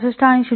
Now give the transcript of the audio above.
66 आणि 0